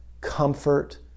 comfort